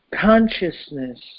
Consciousness